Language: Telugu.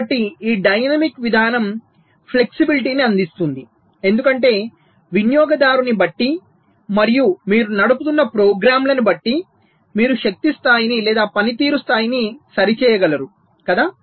కాబట్టి ఈ డైనమిక్ విధానం ఫ్లెక్సిబిలిటీను అందిస్తుంది ఎందుకంటే వినియోగదారుని బట్టి మరియు మీరు నడుపుతున్న ప్రోగ్రామ్లను బట్టి మీరు శక్తి స్థాయిని లేదా పనితీరు స్థాయిని సరిచేయగలరుకదా